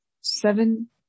seven